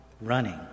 running